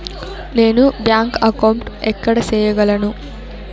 నేను bank account ఎక్కడ సేయగలను